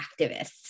activists